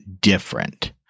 different